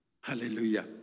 Hallelujah